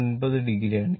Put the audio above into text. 9 o ആണ്